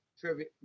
Trivia